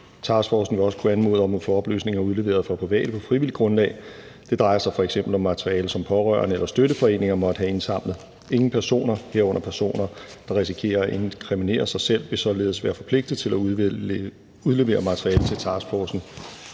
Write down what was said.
Task forcen vil også kunne anmode om at få oplysninger udleveret fra private på frivilligt grundlag. Det drejer sig f.eks. om materiale, som pårørende eller støtteforeninger måtte have indsamlet. Ingen personer, herunder personer der risikerer at inkriminere sig selv, vil således være forpligtet til at udlevere materiale til brug for